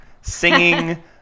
singing